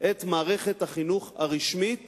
את מערכת החינוך הרשמית